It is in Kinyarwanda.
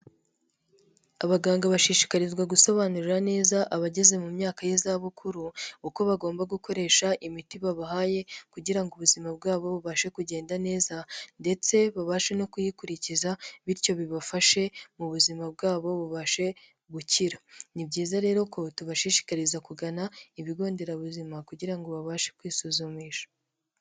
Abaganga bashishikarizwa gusobanurira neza abageze mu myaka y'izabukuru uko bagomba gukoresha imiti babahaye kugira ngo ubuzima bwabo bubashe kugenda neza ndetse babashe no kuyikurikiza bityo bibafashe mu buzima bwabo bubashe gukira, ni byiza rero ko tubashishikariza kugana ibigo nderabuzima kugira ngo babashe kwisuzumisha.